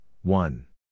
one